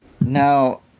Now